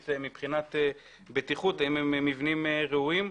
מבחינת בטיחות האם הם מבנים ראויים.